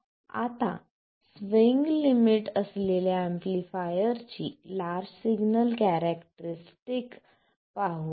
आता swing limit असलेल्या एम्पलीफायरची लार्ज सिग्नल कॅरेक्टरीस्टिक पाहू